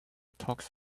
talks